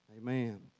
Amen